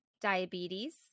diabetes